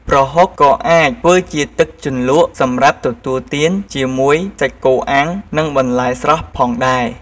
ប្រហុកក៏អាចធ្វើជាទឹកជ្រលក់សម្រាប់ទទួលទានជាមួយសាច់គោអាំងនិងបន្លែស្រស់ផងដែរ។